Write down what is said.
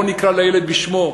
בואו נקרא לילד בשמו,